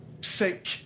Sick